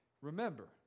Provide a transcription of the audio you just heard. Remember